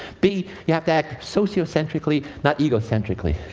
b you have to act socio-centrically, not egocentrically.